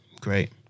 Great